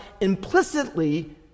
implicitly